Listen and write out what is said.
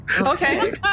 Okay